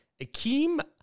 Akeem